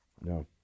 No